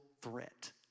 threat